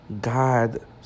God